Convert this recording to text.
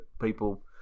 people